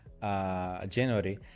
January